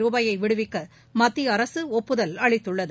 ரூபாயை விடுவிக்க மத்திய அரசு ஒப்புதல் அளித்துள்ளது